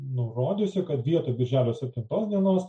nurodysiu kad vietoj birželio septintos dienos